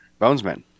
Bonesmen